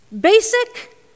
Basic